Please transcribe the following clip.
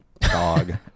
dog